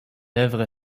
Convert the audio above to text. œuvre